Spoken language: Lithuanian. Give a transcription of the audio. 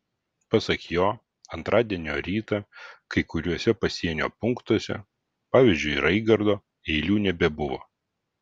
pasak jo antradienio rytą kai kuriuose pasienio punktuose pavyzdžiui raigardo eilių nebebuvo